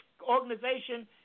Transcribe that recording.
organization